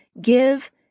give